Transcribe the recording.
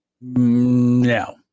No